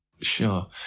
Sure